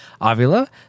Avila